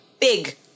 big